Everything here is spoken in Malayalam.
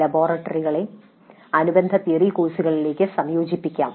ലബോറട്ടറികളെ അനുബന്ധ തിയറി കോഴ്സുകളിലേക്ക് സംയോജിപ്പിക്കാം